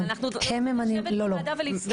לא,